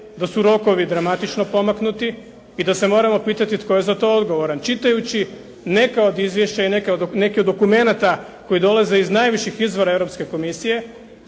da su rokovi dramatično pomaknuti i da se moramo pitati tko je za to odgovoran čitajući neka od izvješća i neke od dokumenata koji dolaze iz najviših izvora Europske komisije,